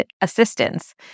assistance